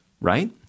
right